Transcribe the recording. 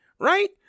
Right